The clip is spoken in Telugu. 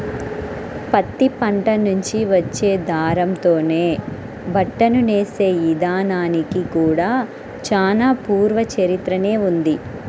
పత్తి పంట నుంచి వచ్చే దారంతోనే బట్టను నేసే ఇదానానికి కూడా చానా పూర్వ చరిత్రనే ఉంది